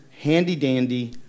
handy-dandy